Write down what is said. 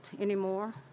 anymore